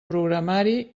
programari